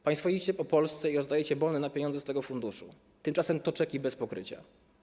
Państwo jeździcie po Polsce i rozdajecie bony na pieniądze z tego funduszu, tymczasem to czeki bez pokrycia.